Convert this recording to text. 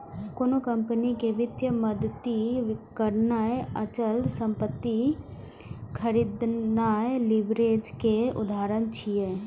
कोनो कंपनी कें वित्तीय मदति करनाय, अचल संपत्ति खरीदनाय लीवरेज के उदाहरण छियै